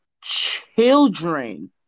children